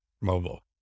mobile